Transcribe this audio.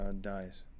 dies